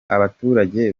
abaturage